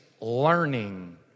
learning